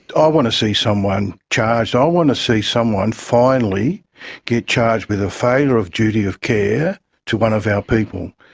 i want to see someone charged, i want to see someone finally get charged with a failure of duty of care to one of our people.